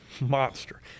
monster